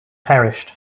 perished